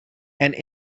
and